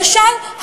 למשל,